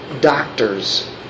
doctors